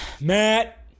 Matt